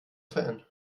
fan